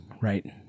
right